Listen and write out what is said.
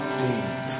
deep